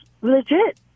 legit